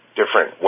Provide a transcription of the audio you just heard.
different